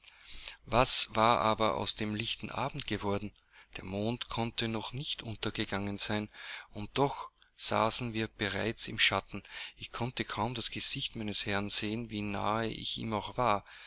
was war aber aus dem lichten abend geworden der mond konnte noch nicht untergegangen sein und doch saßen wir bereits im schatten ich konnte kaum das gesicht meines herrn sehen wie nahe ich ihm auch war